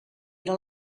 era